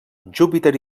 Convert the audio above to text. júpiter